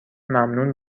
ممنون